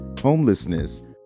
homelessness